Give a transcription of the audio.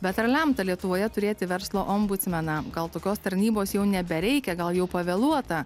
bet ar lemta lietuvoje turėti verslo ombudsmeną gal tokios tarnybos jau nebereikia gal jau pavėluota